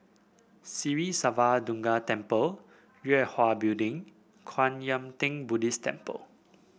Sri Siva Durga Temple Yue Hwa Building Kwan Yam Theng Buddhist Temple